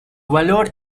valor